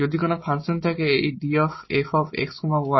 যদি কোন ফাংশন থাকে এই d f x y Mdx Ndy